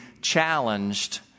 challenged